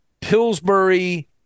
Pillsbury